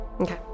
Okay